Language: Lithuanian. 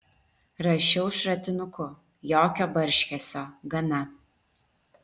rašiau šratinuku jokio barškesio gana